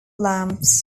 lamps